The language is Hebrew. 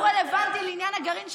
הרי הוא רלוונטי לעניין הגרעין,